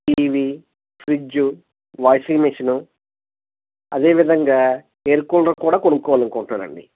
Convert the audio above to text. TV fridge washing machine అదేవిధంగా air cooler కూడా కొనుక్కోవాలి అనుకుంటున్నాను అండి